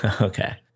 Okay